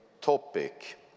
topic